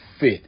fit